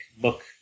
book